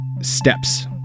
steps